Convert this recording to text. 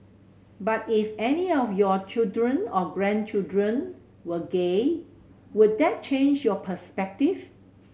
but if any of your children or grandchildren were gay would that change your perspective